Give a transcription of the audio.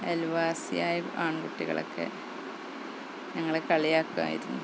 അയൽവാസിയായ ആൺ കുട്ടികളൊക്കെ ഞങ്ങളെ കളിയാക്കുമായിരുന്നു